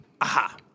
Aha